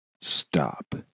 stop